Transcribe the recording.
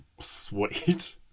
sweet